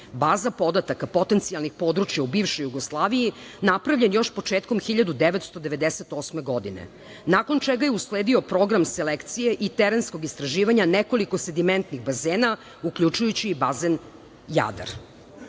baza podataka potencijalnih područja u bivšoj Jugoslaviji, napravljen još početkom 1998. godine, nakon čega je usledio program selekcije i terenskog istraživanja nekoliko sedimentnih basena, uključujući i basen Jadar. Na